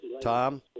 tom